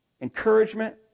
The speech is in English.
encouragement